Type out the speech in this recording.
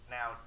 Now